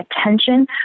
attention